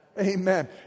Amen